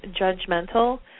judgmental